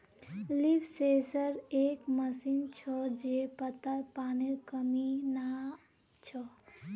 leaf sensor एक machine छ जे पत्तात पानीर कमी नाप छ